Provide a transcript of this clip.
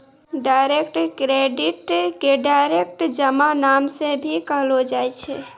direct credit के direct जमा नाम से भी कहलो जाय छै